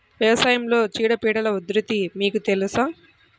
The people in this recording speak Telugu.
వ్యవసాయంలో చీడపీడల ఉధృతి మీకు తెలుసా?